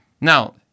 Now